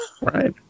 Right